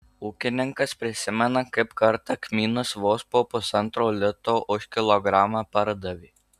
ūkininkas prisimena kaip kartą kmynus vos po pusantro lito už kilogramą pardavė